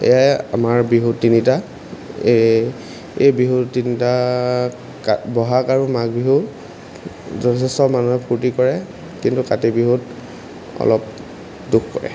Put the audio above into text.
এইয়াই আমাৰ বিহু তিনিটা এই এই বিহু তিনিটাক বহাগ আৰু মাঘ বিহু যথেষ্ট মানুহে ফূৰ্তি কৰে কিন্তু কাতি বিহুত অলপ দুখ কৰে